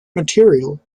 material